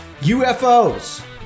UFOs